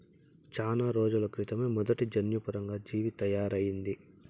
చానా రోజుల క్రితమే మొదటి జన్యుపరంగా జీవి తయారయింది